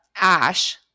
ash